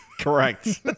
Correct